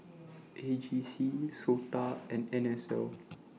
A G C Sota and N S L